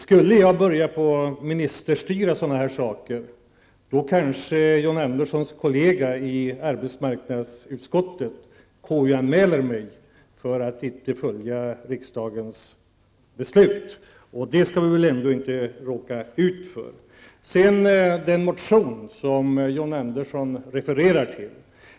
Skulle jag börja att ministerstyra sådana saker kanske John anmälde mig för att inte följa riksdagens beslut. Det skall vi väl ändå inte riskera att råka ut för. Sedan till den motion som John Andersson refererade till.